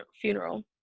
funeral